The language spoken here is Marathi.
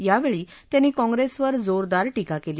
यावेळी त्यांनी काँग्रेसवर जोरदार टीका केली